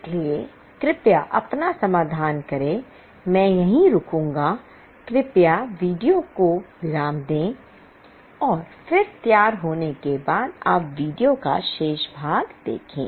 इसलिए कृपया अपना समाधान करें मैं यहां रुकूंगा कृपया वीडियो को विराम दें और फिर तैयार होने के बाद आप वीडियो का शेष भाग देखें